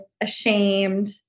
ashamed